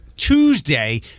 Tuesday